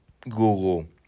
Google